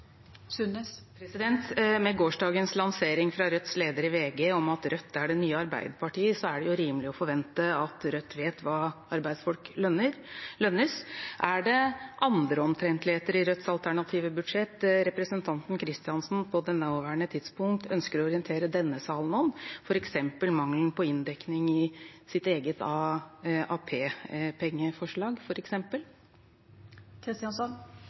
Med gårsdagens lansering fra Rødts leder i VG om at Rødt er det nye Arbeiderpartiet, er det rimelig å forvente at Rødt vet hvordan arbeidsfolk lønnes. Er det andre omtrentligheter i Rødts alternative budsjett representanten Kristjánsson på det nåværende tidspunkt ønsker å orientere denne salen om, f.eks. mangelen på inndekning i sitt eget